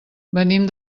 venim